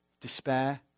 despair